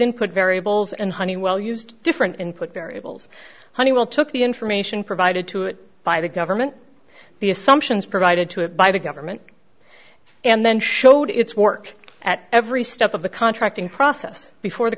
input variables and honeywell used different input variables honeywill took the information provided to it by the government the assumptions provided to it by the government and then showed its work at every step of the contracting process before the